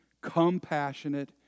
compassionate